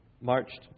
marched